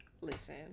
Listen